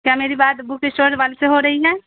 کیا میری بات بک اسٹور والے سے ہو رہی ہے